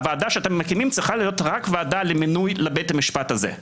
הוועדה שאתם מקימים צריכה להיות רק ועדה למינוי לבית המשפט הזה.